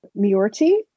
Miorti